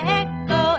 echo